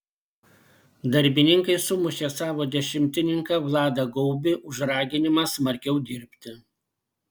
darbininkai sumušė savo dešimtininką vladą gaubį už raginimą smarkiau dirbti